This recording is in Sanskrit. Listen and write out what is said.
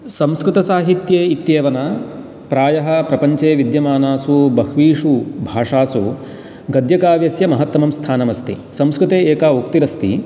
संस्कृतसाहित्ये इत्येव न प्रायः प्रपञ्चे विद्यमानासु बह्वीषु भाषासु गद्यकाव्यस्य महत्तमं स्थानम् अस्ति संस्कृते एका उक्तिरस्ति